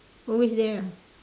always there ah